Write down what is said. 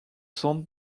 centre